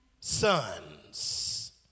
sons